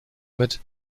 mit